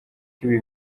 ibi